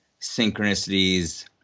synchronicities